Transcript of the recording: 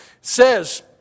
says